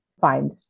find